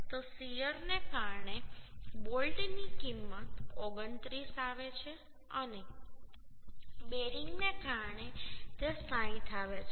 તો શીયરને કારણે બોલ્ટની કિંમત 29 આવે છે અને બેરિંગને કારણે તે 60 આવે છે